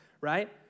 right